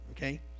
Okay